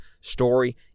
story